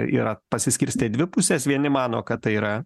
yra pasiskirstę į dvi puses vieni mano kad tai yra